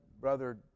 brother